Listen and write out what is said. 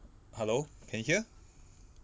hello can hear